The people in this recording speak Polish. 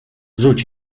rzuć